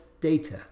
data